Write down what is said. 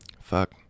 fuck